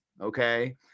okay